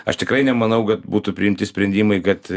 aš tikrai nemanau kad būtų priimti sprendimai kad